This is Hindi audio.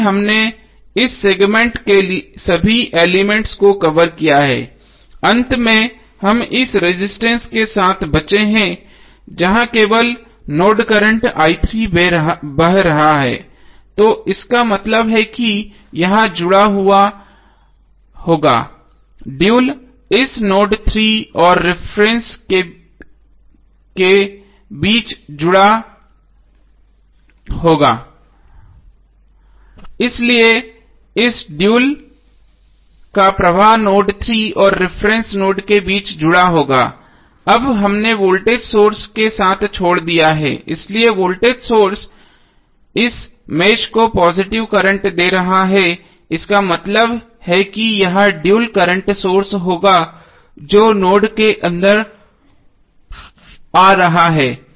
इसलिए हमने इस सेगमेंट के सभी एलिमेंट्स को कवर किया है अंत में हम इस रेजिस्टेंस के साथ बचे हैं जहां केवल नोड करंट i3 बह रहा है तो इसका मतलब है कि यह जुड़ा होगा ड्यूल इस नोड 3 और रिफरेन्स के बीच जुड़ा होगा इसलिए इस ड्यूल का प्रवाह नोड 3 और रिफरेन्स नोड के बीच जुड़ा होगा अब हमने वोल्टेज सोर्स के साथ छोड़ दिया है इसलिए वोल्टेज सोर्स इस मेष को पॉजिटिव करंट दे रहा है इसका मतलब है कि यह ड्यूल करंट सोर्स होगा जो नोड के अंदर आ रहा है